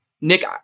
Nick